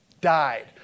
died